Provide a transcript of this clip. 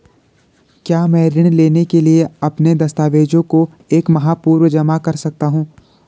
क्या मैं ऋण लेने के लिए अपने दस्तावेज़ों को एक माह पूर्व जमा कर सकता हूँ?